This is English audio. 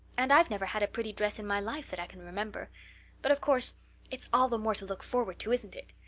and i've never had a pretty dress in my life that i can remember but of course it's all the more to look forward to, isn't it?